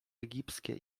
egipskie